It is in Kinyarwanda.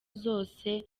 zose